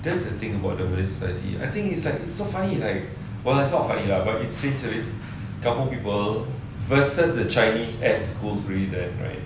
that's the thing about the study lah I think it's like it's so funny like it's not funny lah but it's since it's kampung people versus the chinese school back then right